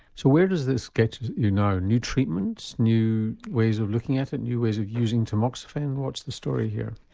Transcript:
so where does this get you now new treatments, new ways of looking at it and new ways of using tamoxifen? what's the story here?